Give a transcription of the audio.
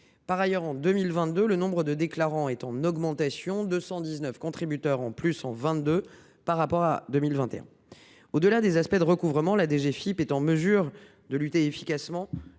Par ailleurs, en 2022 le nombre de déclarants est en augmentation, avec 219 contributeurs en plus en 2022 par rapport à 2021. Au delà des aspects de recouvrement, la DGFiP est en mesure de lutter efficacement